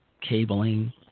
cabling